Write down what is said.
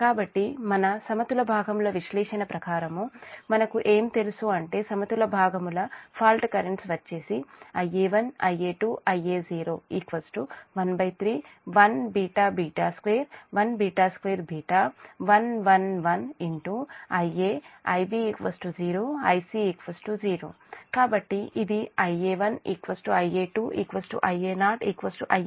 కాబట్టి మన సమతుల భాగముల విశ్లేషణ ప్రకారం మనకు ఏం తెలుసు అంటే సమతుల భాగముల ఫాల్ట్ కర్రెంట్స్ వచ్చేసి కాబట్టి ఇది Ia1 Ia2 Ia0 Ia3